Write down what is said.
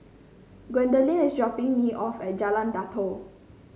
gwendolyn is dropping me off at Jalan Datoh